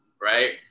right